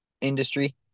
industry